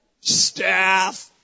staff